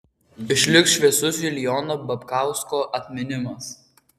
išliks šviesus julijono babkausko atminimas